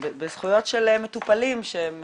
ממש בזכויות של מטופלים שהם